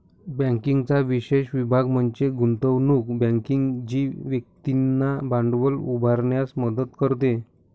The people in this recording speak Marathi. बँकिंगचा विशेष विभाग म्हणजे गुंतवणूक बँकिंग जी व्यक्तींना भांडवल उभारण्यास मदत करते